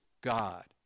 God